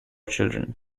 children